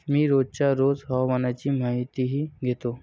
मी रोजच्या रोज हवामानाची माहितीही घेतो